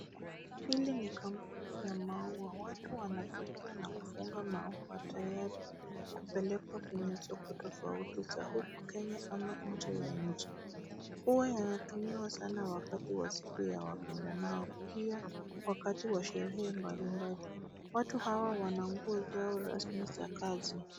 Hili ni kampuni ya maua. Watu wanapakia na kufungia maua tayari kupelekwa kwenye soko tofauti la huku Kenya ama nje ya nchi. Uwa yanatumika sana wakati wa siku ya wapendanao, pia wakati wa sherehe mbalimbali. Watu hawa wana nguo zao rasmi za kazi.